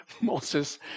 Moses